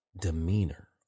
demeanor